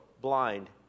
blind